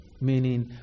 meaning